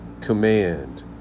Command